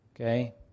Okay